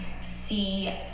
see